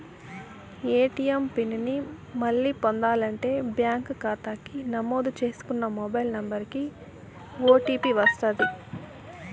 ATM PIN ని మళ్ళీ పొందాలంటే బ్యాంకు కాతాకి నమోదు చేసుకున్న మొబైల్ నంబరికి ఓ.టీ.పి వస్తది